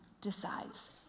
decides